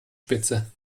spitze